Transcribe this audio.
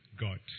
God